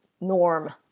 norm